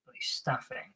staffing